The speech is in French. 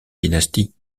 dynastie